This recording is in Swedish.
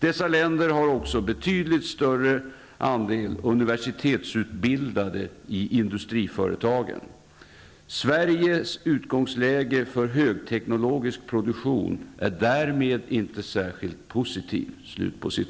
Dessa länder har också betydligt större andelar universitetsutbildade i industriföretagen. Sveriges utgångsläge för högteknologisk produktion är därmed inte särskilt positiv.''